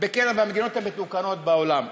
בקרב המדינות המתוקנות בעולם.